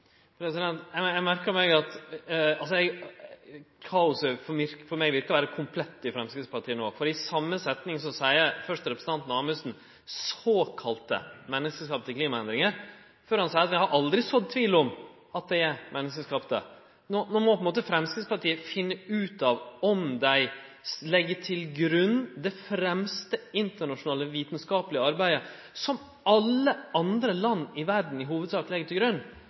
i same setning seier først representanten Amundsen «såkalte menneskeskapte klimaendringer», før han seier at dei aldri har sådd tvil om at dei er menneskeskapte. Nå må Framstegspartiet finne ut av om dei legg til grunn det fremste internasjonale vitskapelege arbeidet som alle andre land i verda i hovudsak legg til grunn.